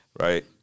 right